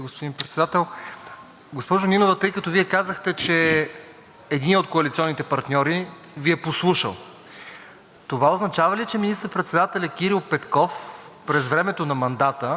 това означава ли, че министър-председателят Кирил Петков през времето на мандата и неговото правителство са били подвластни на тези Ваши съвети, включително във времето, когато пътуваха до Киев?